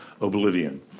oblivion